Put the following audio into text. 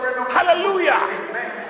Hallelujah